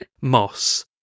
Moss